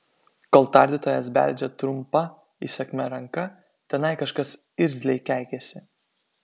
kol tardytojas beldžia trumpa įsakmia ranka tenai kažkas irzliai keikiasi